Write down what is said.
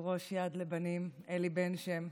יושב-ראש יד לבנים אלי בן שם,